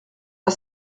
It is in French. pas